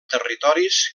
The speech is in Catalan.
territoris